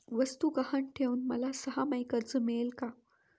वस्तू गहाण ठेवून मला सहामाही कर्ज मिळेल का?